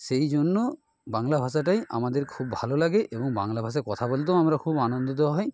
সেই জন্য বাংলা ভাষাটাই আমাদের খুব ভালো লাগে এবং বাংলা ভাষায় কথা বলতেও আমরা খুব আনন্দিত হই